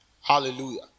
Hallelujah